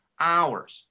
Hours